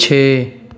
ਛੇ